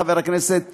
חבר הכנסת פרי,